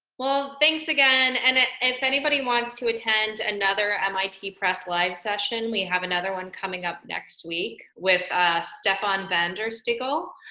well, thanks again. and if anybody wants to attend another mit press live session, we have another one coming up next week with stefan van der stigchel,